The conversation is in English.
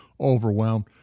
overwhelmed